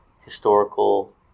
historical